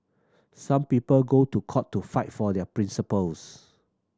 some people go to court to fight for their principles